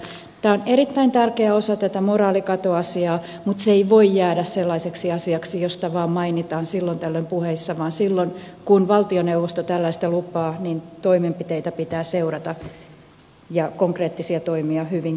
tämä on erittäin tärkeä osa tätä moraalikatoasiaa mutta se ei voi jäädä sellaiseksi asiaksi josta vaan mainitaan silloin tällöin puheissa vaan silloin kun valtioneuvosto tällaista lupaa toimenpiteitä pitää seurata ja konkreettisia toimia hyvinkin pian